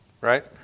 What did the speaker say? right